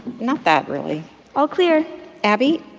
not that, really all clear abby,